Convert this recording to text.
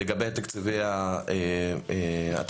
לגבי התקציבים השוטפים,